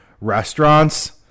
restaurants